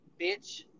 bitch